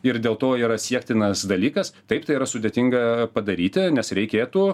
ir dėl to yra siektinas dalykas taip tai yra sudėtinga padaryti nes reikėtų